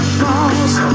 falls